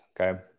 okay